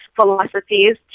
philosophies